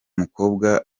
mukobwa